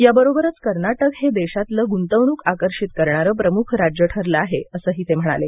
याबरोबरच कर्नाटक हे देशातलं गुंतवणूक आकर्षित करणारं प्रमुख राज्य ठरलं आहे असंही ते म्हणाले